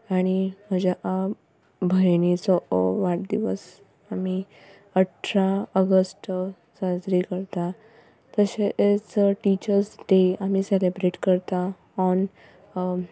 आनी म्हज्या भयणीचो वाड दिवस आमी अठरा अगस्ट साजरे करता तशेंच टिचर्स डॅ आमी सेलेब्रेट करता ऑन